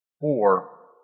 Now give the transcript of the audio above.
four